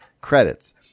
credits